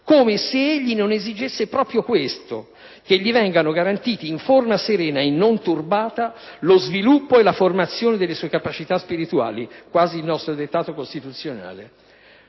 (come se egli non esigesse proprio questo, che gli vengano garantiti in forma serena e non turbata lo sviluppo e la formazione delle sue capacità spirituali)...» - quasi il nostro dettato costituzionale